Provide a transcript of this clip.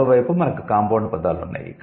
మరోవైపు మనకు 'కాంపౌండ్' పదాలు ఉన్నాయి